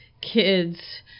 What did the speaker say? kids